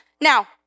Now